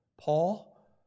Paul